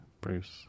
Bruce